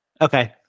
Okay